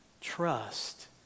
Trust